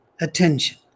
attention